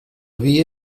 via